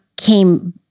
came